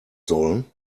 sollen